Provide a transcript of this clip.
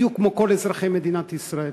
בדיוק כמו כל אזרחי מדינת ישראל.